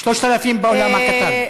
3,000 באולם הקטן.